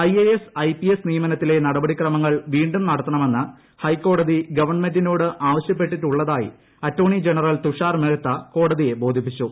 I A S I P S നിയമനത്തിലെ നടപടിക്രമങ്ങൾ വീണ്ടും നടത്തണമെന്ന് ഹൈക്കോടതി ഗവൺമെന്റിനോട് ആവശ്യപ്പെട്ടിട്ടുള്ളതായി അറ്റോർണി ജനറൽ തൂഷാർ മേത്ത കോടതിയെ ബോധിപ്പിച്ചു